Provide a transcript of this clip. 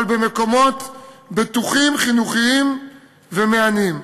אבל במקומות בטוחים, חינוכיים ומהנים.